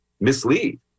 mislead